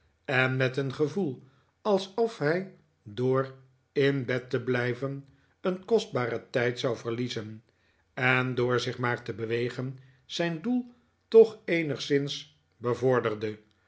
en met een gevoel alsof hij door in bed te blijven een kostbaren tijd zou verliezen en door zich maar te bewegen zijn doel toch eenigszins bevorderde